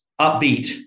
upbeat